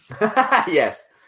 Yes